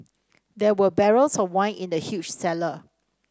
there were barrels of wine in the huge cellar